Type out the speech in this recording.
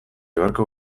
beharko